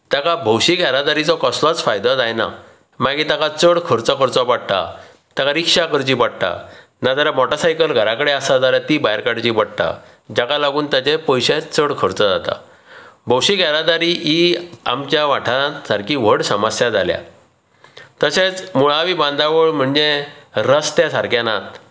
तेका भौशीक येरादारीचो कसलोच फायदो जायना मागीर ताका चड खर्च करचो पडटा ताका रिक्षा करची पडटा ना जाल्यार मोटरसायकल घरा कडेन आसा जाल्यार ती भायर काडची पडटा जाका लागून ताचे पयशे चड खर्च जाता भौशीक येरादारी ही आमच्या वाठारांत सामकी व्हड समस्या जाल्या तशेंच मुळावी बांदावळ म्हणजें रस्ते सारके नात